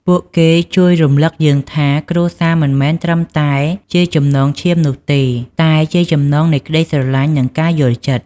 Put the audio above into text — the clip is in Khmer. ពួកគេជួយរំលឹកយើងថា គ្រួសារមិនមែនត្រឹមតែជាចំណងឈាមនោះទេ តែជាចំណងនៃក្ដីស្រឡាញ់ និងការយល់ចិត្ត។